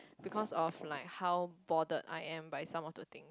because of like how border I am by some of the things